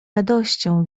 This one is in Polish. radością